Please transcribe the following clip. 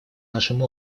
нашим